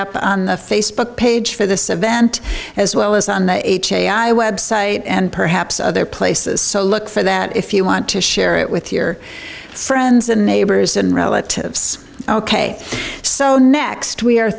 up on the facebook page for this event as well as on the h a i website and perhaps other places so look for that if you want to share it with your friends and neighbors and relatives ok so next we are